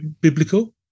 biblical